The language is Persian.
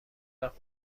وقت